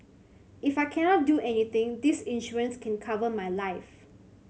if I cannot do anything this insurance can cover my life